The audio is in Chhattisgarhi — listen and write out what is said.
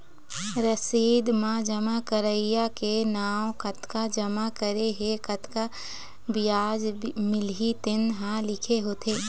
रसीद म जमा करइया के नांव, कतका जमा करे हे, कतका बियाज मिलही तेन ह लिखे होथे